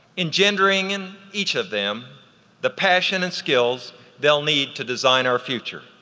engendering in each of them the passion and skills they'll need to design our future.